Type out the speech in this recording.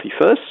first